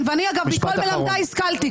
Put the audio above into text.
ואני אגב מכל מלמדיי השכלתי.